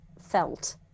felt